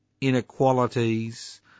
inequalities